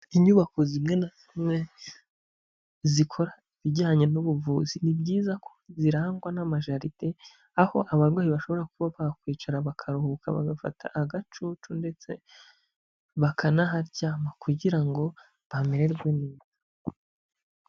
Inyubako zimwe na zimwe zikora ibijyanye n'ubuvuzi, ni byiza ko zirangwa n'amajaride, aho abarwayi bashobora kuba bakwicara bakaruhuka bagafata agacucu ndetse bakanaharyama kugira ngo bamererwe neza.